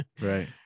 Right